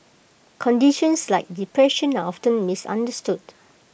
conditions like depression are after misunderstood